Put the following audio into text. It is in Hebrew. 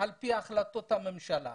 על פי החלטות הממשלה.